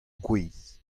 gwez